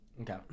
Okay